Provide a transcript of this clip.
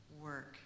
work